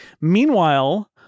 Meanwhile